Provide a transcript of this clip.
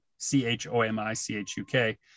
C-H-O-M-I-C-H-U-K